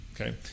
Okay